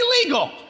illegal